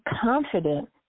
confident